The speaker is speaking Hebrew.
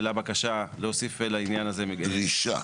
העלה בקשה להוסיף לעניין הזה --- דרישה.